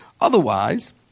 Otherwise